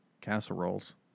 Casseroles